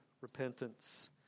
repentance